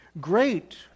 Great